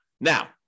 Now